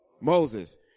Moses